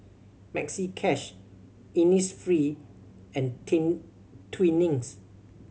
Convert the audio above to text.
Maxi Cash Innisfree and King Twinings